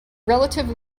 relative